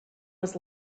was